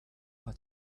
how